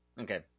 Okay